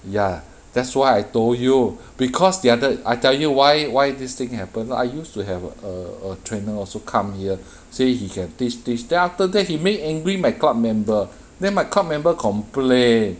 ya that's why I told you because they are the I tell you why why this thing happened so I used to have a a trainer also come here say he can teach teach then after that he make angry my club member then my club member complain